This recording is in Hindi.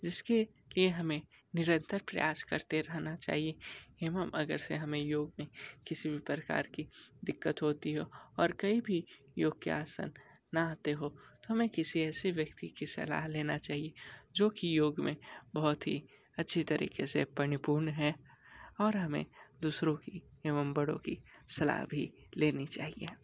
जिसके लिए हमें निरंतर प्रयास करते रहना चाहिए एवं अगर से हमें योग में किसी भी प्रकार की दिक्कत होती हो और कहीं भी योग के आसन ना आते हो तो हमें किसी ऐसे व्यक्ति की सलाह लेना चाहिए जो की योग में बहुत ही अच्छे तरीके से परिपूर्ण है और हमें दूसरों की एवं बड़ों की सलाह भी लेनी चाहिए